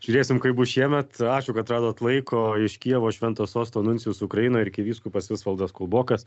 žiūrėsim kaip bus šiemet ačiū kad radot laiko iš kijevo švento sosto nuncijus ukrainoj arkivyskupas visvaldas kulbokas